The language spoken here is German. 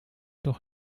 doch